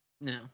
No